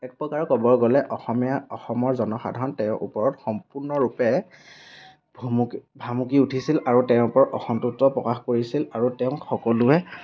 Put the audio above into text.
এক প্ৰকাৰে ক'ব গ'লে অসমীয়া অসমৰ জনসাধাৰণ তেওঁৰ ওপৰত সম্পূৰ্ণৰূপে ভুমুকি ভামুকি উঠিছিল আৰু তেওঁৰ ওপৰত অসন্তুষ্ট প্ৰকাশ কৰিছিল আৰু তেওঁক সকলোৱে